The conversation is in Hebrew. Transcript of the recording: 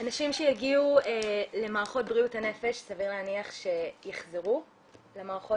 אנשים שיגיעו למערכות בריאות הנפש סביר להניח שיחזרו למערכות